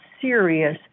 serious